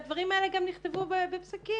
והדברים האלה גם נכתבו גם בפסיקות